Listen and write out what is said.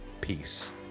Peace